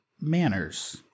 manners